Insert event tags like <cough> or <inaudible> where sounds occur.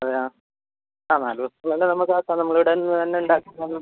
അതെയോ <unintelligible> നമ്മൾ ഇവിടുന്ന് തന്നെ ഉണ്ടാക്കി തരും